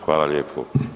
Hvala lijepo.